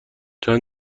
چند